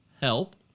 help